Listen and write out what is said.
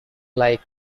like